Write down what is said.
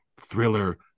thriller